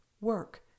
work